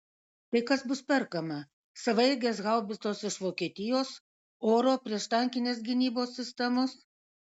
tai kas bus perkama savaeigės haubicos iš vokietijos oro prieštankinės gynybos sistemos